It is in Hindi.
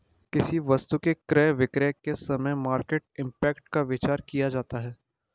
किसी वस्तु के क्रय विक्रय के समय मार्केट इंपैक्ट का विचार किया जाता है